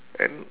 and